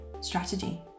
strategy